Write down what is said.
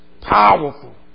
Powerful